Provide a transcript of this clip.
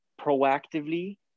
proactively